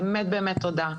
באמת באמת תודה.